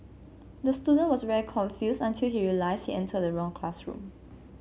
the student was very confused until he realised he entered the wrong classroom